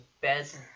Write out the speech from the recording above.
best